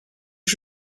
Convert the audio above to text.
his